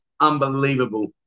Unbelievable